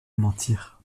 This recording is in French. mentir